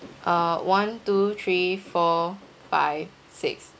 uh one two three four five six